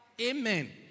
Amen